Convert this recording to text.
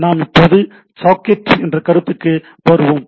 நாம் இப்போது சாக்கெட் என்ற கருத்துக்கு வருவோம்